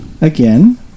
Again